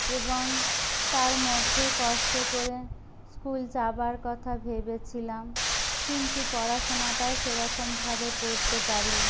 এবং তার মধ্যেও কষ্ট করে স্কুল যাবার কথা ভেবেছিলাম কিন্তু পড়াশোনাটাও সেরকমভাবে করতে পারিনি